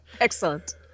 excellent